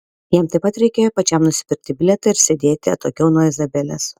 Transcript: jam taip pat reikėjo pačiam nusipirkti bilietą ir sėdėti atokiau nuo izabelės